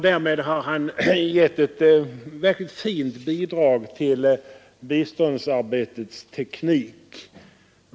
Därmed har han gett ett verkligt fint bidrag till biståndsarbetets teknik.